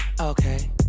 Okay